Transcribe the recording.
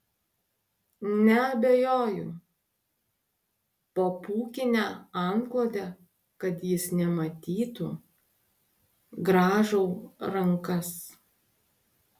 neabejoju po pūkine antklode kad jis nematytų grąžau rankas